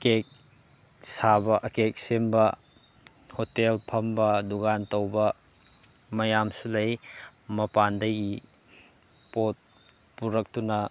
cake ꯁꯥꯕ cake ꯁꯦꯝꯕ hotel ꯐꯝꯕ ꯗꯨꯀꯥꯟ ꯇꯧꯕ ꯃꯌꯥꯝꯁꯨ ꯂꯩ ꯃꯄꯥꯟꯗꯒꯤ ꯄꯣꯠ ꯄꯨꯔꯛꯇꯨꯅ